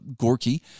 Gorky